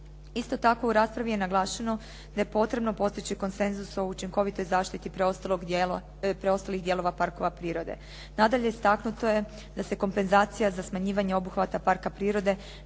Isto tako, u raspravi je naglašeno da je potrebno postići konsenzus o učinkovitoj zaštiti preostalih dijelova parkova prirode. Nadalje, istaknuto je da se kompenzacija za smanjivanje obuhvata parka prirode